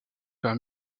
par